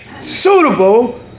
suitable